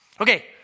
Okay